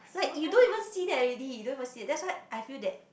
like you don't even see that already you don't even see that that's why I feel that